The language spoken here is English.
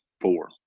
Four